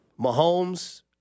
Mahomes